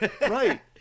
Right